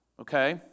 okay